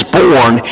born